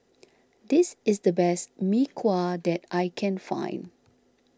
this is the best Mee Kuah that I can find